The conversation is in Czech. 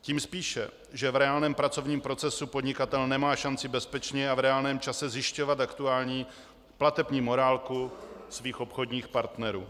Tím spíše, že v reálném pracovním procesu podnikatel nemá šanci bezpečně a v reálném čase zjišťovat aktuální platební morálku svých obchodních partnerů.